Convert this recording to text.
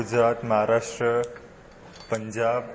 Gujarat Maharashtra Punjab